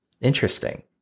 Interesting